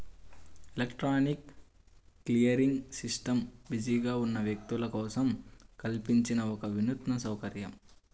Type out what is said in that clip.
electronic clearing system బిజీగా ఉన్న వ్యక్తుల కోసం కల్పించిన ఒక వినూత్న సౌకర్యం